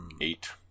eight